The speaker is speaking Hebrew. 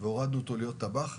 וירד להיות טבח,